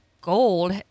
Gold